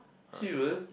serious